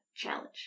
challenge